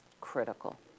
critical